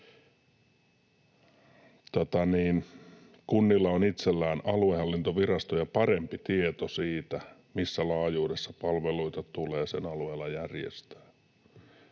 ”Kunnilla on itsellään aluehallintovirastoja parempi tieto siitä, missä laajuudessa palveluita tulee sen alueella järjestää.”